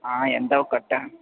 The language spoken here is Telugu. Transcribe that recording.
ఎంత ఒక కట్ట